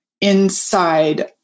inside